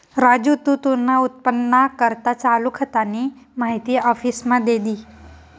राजू तू तुना उत्पन्नना करता चालू खातानी माहिती आफिसमा दी दे